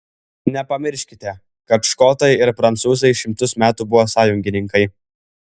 nepamirškite kad škotai ir prancūzai šimtus metų buvo sąjungininkai